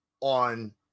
on